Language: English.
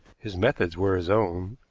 his methods were his own,